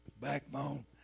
backbone